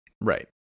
right